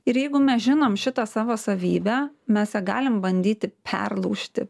ir jeigu mes žinom šitą savo savybę mes ją galim bandyti perlaužti